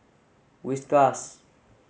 Whiskas